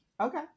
Okay